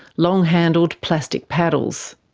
long-handled plastic paddles.